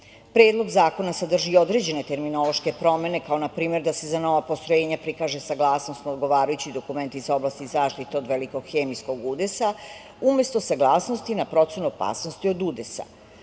Predlog zakona sadrži i određene terminološke promene, kao na primer da se za nova postrojenja prikaže saglasnost na odgovarajući dokument iz oblasti zaštite od velikog hemijskog udesa umesto saglasnosti na procenu opasnosti od udesa,